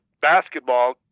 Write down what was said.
basketball